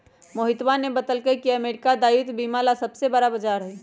मोहितवा ने बतल कई की अमेरिका दायित्व बीमा ला सबसे बड़ा बाजार हई